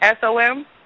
SOM